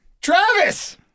Travis